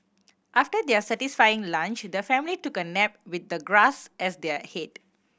after their satisfying lunch the family took a nap with the grass as their head